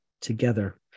together